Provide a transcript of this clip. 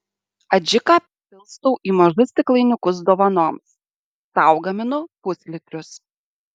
adžiką pilstau į mažus stiklainiukus dovanoms sau gaminu puslitrius